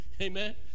Amen